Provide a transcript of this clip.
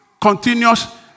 continuous